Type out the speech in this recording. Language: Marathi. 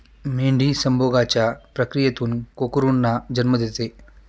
मेंढी संभोगाच्या प्रक्रियेतून कोकरूंना जन्म देते